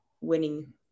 winning